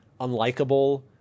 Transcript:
unlikable